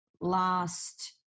last